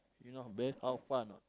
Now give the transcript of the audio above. you know bad how far a not